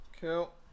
Cool